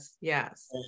Yes